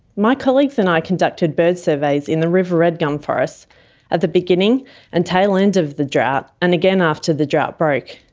my colleagues and i conducted bird surveys in the river red gum forests at the beginning and tail end of the drought and again after the drought broke.